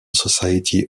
society